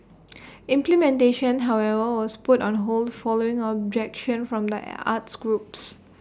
implementation however was put on hold following objection from the arts groups